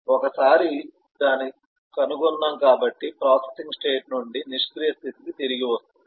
ఒకసారి దాన్ని కనుగొన్నాము కాబట్టి ప్రాసెసింగ్ స్టేట్ నుండి నిష్క్రియ స్థితికి తిరిగి వస్తుంది